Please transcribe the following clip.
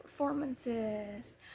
performances